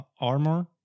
armor